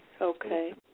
Okay